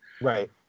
right